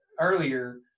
earlier